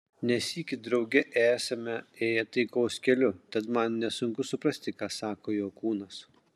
ne sykį drauge esame ėję taikos keliu tad man nesunku suprasti ką sako jo kūnas